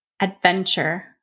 Adventure